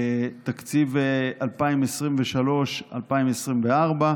בתקציב 2024-2023,